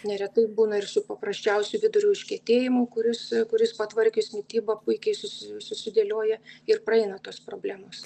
neretai būna ir su paprasčiausiu vidurių užkietėjimu kuris kuris patvarkius mitybą puikiai susi susidėlioja ir praeina tos problemos